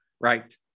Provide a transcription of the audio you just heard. right